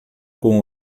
com